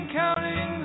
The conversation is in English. counting